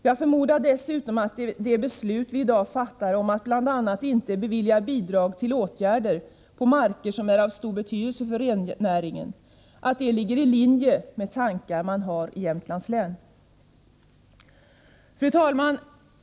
Jag förmodar dessutom att det beslut vi i dag fattar om bl.a. att inte bevilja bidrag till åtgärder på marker som är av stor betydelse för rennäringen ligger i linje med tankar man har i Jämtlands län. Fru talman!